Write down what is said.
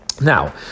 Now